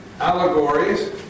allegories